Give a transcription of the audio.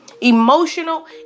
Emotional